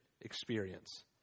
experience